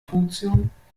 funktion